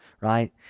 right